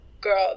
Girl